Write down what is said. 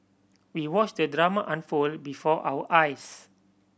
we watched the drama unfold before our eyes